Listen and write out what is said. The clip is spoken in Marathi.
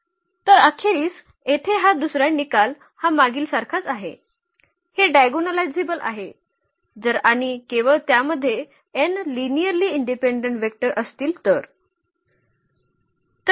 तर अखेरीस येथे हा दुसरा निकाल हा मागील सारखाच आहे हे डायगोनलायझेबल आहे जर आणि केवळ त्यामध्ये n लिनिअर्ली इंडिपेंडेंट वेक्टर असतील तर